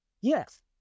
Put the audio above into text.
Yes